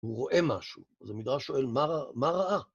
הוא רואה משהו. אז המדרש שואל, מה ראה?